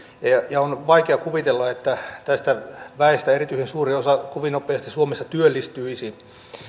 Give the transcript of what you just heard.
ja on vaikea kuvitella että tästä väestä erityisen suuri osa kovin nopeasti suomessa työllistyisi